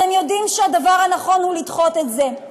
אתם יודעים שהדבר הנכון הוא לדחות את זה,